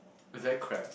is very cramp